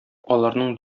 аларның